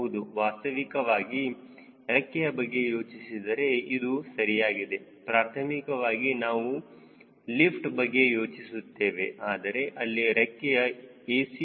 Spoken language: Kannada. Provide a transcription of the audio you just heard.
ಹೌದು ವಾಸ್ತವಿಕವಾಗಿ ರೆಕ್ಕೆಯ ಬಗ್ಗೆ ಯೋಚಿಸಿದರೆ ಇದು ಸರಿಯಾಗಿದೆ ಪ್ರಾಥಮಿಕವಾಗಿ ನಾವು ಲಿಫ್ಟ್ ಬಗ್ಗೆ ಯೋಚಿಸುತ್ತೇವೆ ಆದರೆ ಅಲ್ಲಿ ರೆಕ್ಕೆಯ a